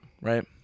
right